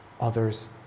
others